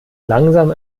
langsam